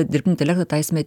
dirbtinį intelektą taisime